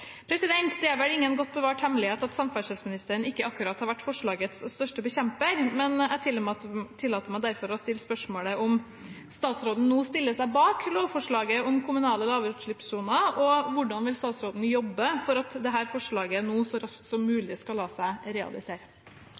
Det er vel ingen godt bevart hemmelighet at samferdselsministeren ikke akkurat har vært forslagets største forkjemper, men jeg tillater meg derfor å stille spørsmål om statsråden nå stiller seg bak lovforslaget om kommunale lavutslippssoner. Og hvordan vil statsråden jobbe for at dette forslaget nå så raskt som mulig skal la seg realisere?